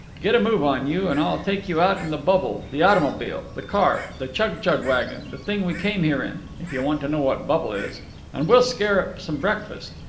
get a move on you, and i'll take you out in the bubble the automobile, the car, the chug-chug wagon, the thing we came here in, if you want to know what bubble is and we'll scare up some breakfast.